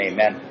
Amen